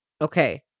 Okay